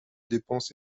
dépenses